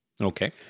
Okay